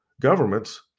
governments